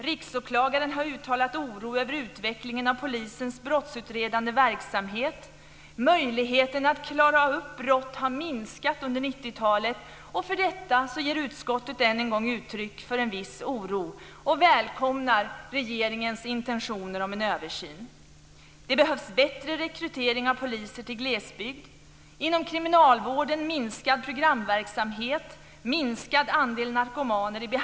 Riksåklagaren har uttalat oro över utvecklingen av polisens brottsutredande verksamhet, möjligheten att klara upp brott har minskat under 90-talet och för detta ger utskottet än en gång uttryck för "en viss oro" och välkomnar regeringens intentioner om en översyn. Det behövs bättre rekrytering av poliser till glesbygd.